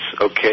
okay